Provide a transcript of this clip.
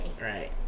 Right